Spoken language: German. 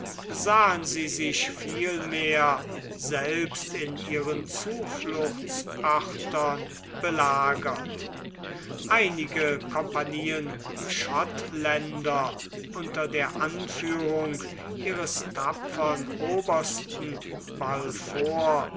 sahen sie sich viel mehr selbst in ihren zufluchtsörtern belagert einige compagnien schottländer unter der anführung ihres tapfern obersten